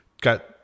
got